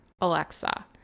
Alexa